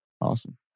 Awesome